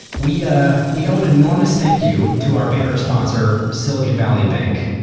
we yeah we owe an enormous thank you to our banner sponsor, silicon valley bank.